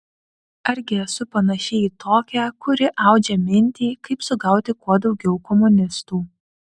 argi esu panaši į tokią kuri audžia mintį kaip sugauti kuo daugiau komunistų